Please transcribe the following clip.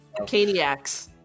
Caniacs